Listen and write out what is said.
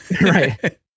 right